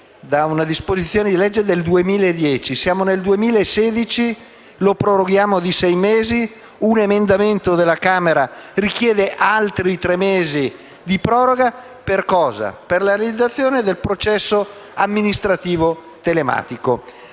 siamo nel 2016 e lo proroghiamo di sei mesi, un emendamento della Camera richiede altri tre mesi di proroga, per cosa? Per la realizzazione del processo amministrativo telematico.